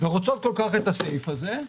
ורוצות כל כך את הסעיף הזה,